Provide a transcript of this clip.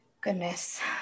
Goodness